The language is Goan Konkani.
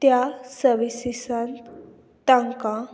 त्या सर्विसीसान तांकां